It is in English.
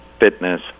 Fitness